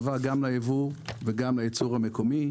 גם ליבוא וגם לייצור המקומי.